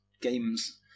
Games